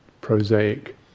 prosaic